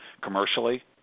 commercially